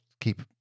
keep